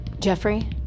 Jeffrey